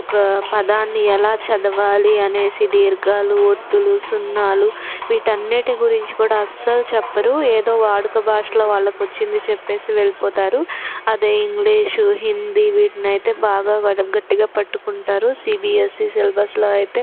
ఒక పదాన్ని ఎలా చదవాలి అని దీర్ఘాలు ఒత్తులు సున్నాలు వీటి అన్నింటి గురించి కూడా అసలు చెప్పరు ఏదో వాడుక భాషలో వాళ్ళకు వచ్చింది చెప్పి వెళ్ళిపోతారు అదే ఇంగ్లీషు హిందీ వీటినైతే బాగా గట్టిగా పట్టుకుంటారు సీబియస్సి సిలబస్లో అయితే